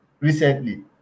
recently